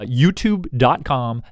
youtube.com